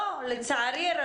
לא, לצערי.